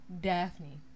Daphne